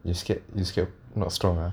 you scared you scared not strong ah